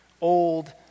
old